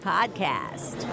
Podcast